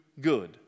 good